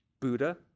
Buddha